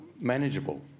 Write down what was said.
manageable